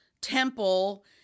temple